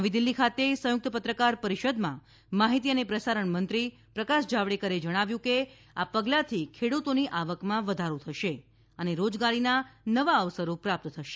નવી દિલ્હી ખાતે સંયુક્ત પત્રકાર પરિષદમાં માહિતી અને પ્રસારણમંત્રી પ્રકાશ જાવડેકરે જણાવ્યું કે આ પગલાંથી ખેડૂતોની આવકમાં વધારો થશે અને રોજગારીના નવા અવસરો પ્રાપ્ત થશે